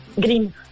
Green